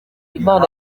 imana